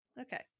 Okay